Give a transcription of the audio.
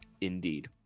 indeed